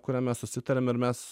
kurią mes susitarėm ir mes